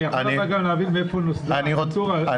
אני יכול להבין מהיכן נולדה החלטורה.